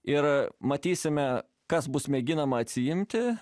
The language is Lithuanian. ir matysime kas bus mėginama atsiimti